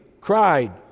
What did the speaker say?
cried